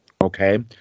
Okay